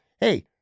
Hey